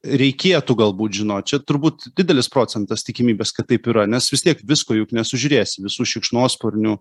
reikėtų galbūt žinot čia turbūt didelis procentas tikimybės kad taip yra nes vis tiek visko juk nesužiūrėsi visų šikšnosparnių